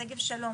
שגב שלום,